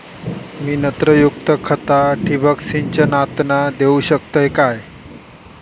मी नत्रयुक्त खता ठिबक सिंचनातना देऊ शकतय काय?